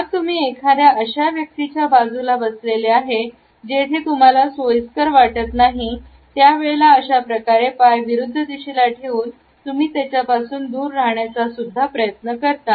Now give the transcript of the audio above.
जर तुम्ही एखाद्या अशा व्यक्तीच्या बाजूला बसलेले आहे जेथे तुम्हाला सोयीस्कर वाटत नाही त्यावेळेला अशाप्रकारे पाय विरुद्ध दिशेला ठेवून तुम्ही त्याच्यापासून दूर राहण्याचा प्रयत्न करता